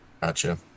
Gotcha